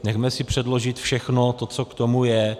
Nechme si předložit všechno, co k tomu je.